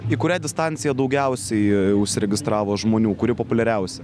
į kurią distanciją daugiausiai užsiregistravo žmonių kuri populiariausia